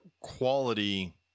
quality –